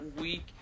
week